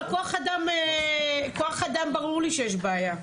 הכוח אדם ברור לי שיש בעיה.